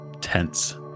tense